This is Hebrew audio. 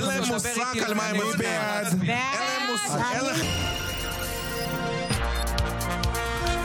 היום יום רביעי א' באב התשפ"ג, 19 ביולי